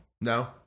No